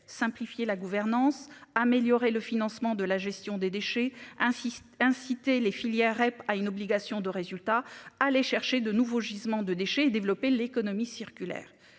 simplifier la gouvernance améliorer le financement de la gestion des déchets insiste inciter les filières REP à une obligation de résultat aller chercher de nouveaux gisements de déchets et développer l'économie circulaire,